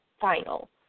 final